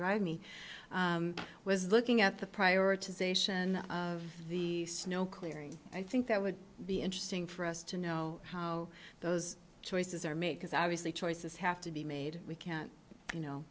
drive me was looking at the prioritization of the snow clearing i think that would be interesting for us to know how those choices are made because obviously choices have to be made we can't you know